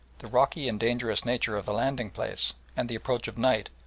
the rocky and dangerous nature of the landing-place, and the approach of night,